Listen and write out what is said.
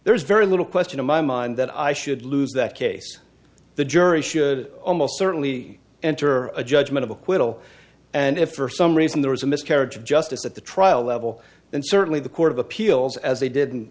there is very little question in my mind that i should lose that case the jury should almost certainly enter a judgment of acquittal and if for some reason there was a miscarriage of justice at the trial level and certainly the court of appeals as they didn't